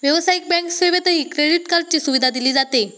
व्यावसायिक बँक सेवेतही क्रेडिट कार्डची सुविधा दिली जाते